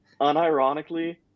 unironically